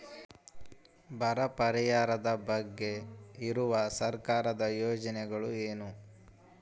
ಬರ ಪರಿಹಾರದ ಬಗ್ಗೆ ಇರುವ ಸರ್ಕಾರದ ಯೋಜನೆಗಳು ಏನು?